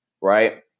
right